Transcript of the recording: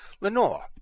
Lenore